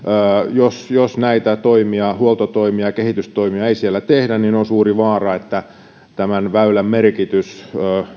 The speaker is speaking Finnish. jos jos näitä toimia huoltotoimia ja kehitystoimia ei siellä tehdä on suuri vaara että tämän väylän merkitys